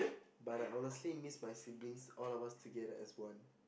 but I honestly miss my siblings all of us together as one